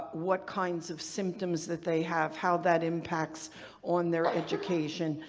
what kinds of symptoms that they have, how that impacts on their education,